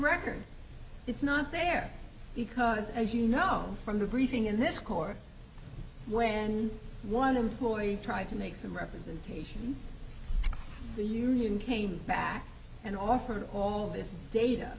record it's not there because as you know from the briefing in this court when one employee tried to make some representation the union came back and offered all this data